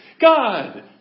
God